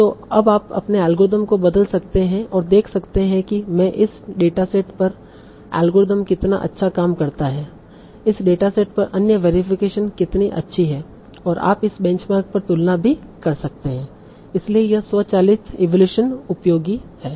तो अब आप अपने अल्गोरिथम को बदल सकते हैं और देख सकते हैं कि मैं इस डेटासेट पर अल्गोरिथम कितना अच्छा काम करता हूँ इस डेटासेट पर अन्य वेरिएशन कितनी अच्छी है और आप इस बेंचमार्क पर तुलना भी कर सकते हैं इसीलिए यह स्वचालित इवैल्यूएशन उपयोगी है